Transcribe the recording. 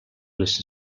les